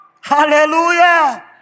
Hallelujah